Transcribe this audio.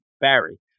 Barry